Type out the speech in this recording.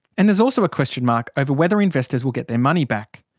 and there's also a question mark over whether investors will get their money back.